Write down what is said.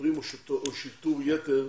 שוטרים ושיטור יתר.